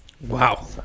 Wow